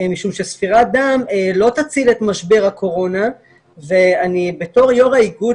משום שספירת דם לא תציל את משבר הקורונה ובתור יו"ר האיגוד